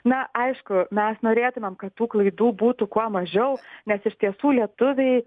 na aišku mes norėtumėm kad tų klaidų būtų kuo mažiau nes iš tiesų lietuviai